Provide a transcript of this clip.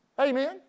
Amen